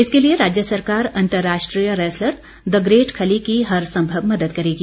इसके लिए राज्य सरकार अंतर्राष्ट्रीय रैसलर द ग्रेट खली की हर संभव मदद करेगी